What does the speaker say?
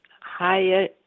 higher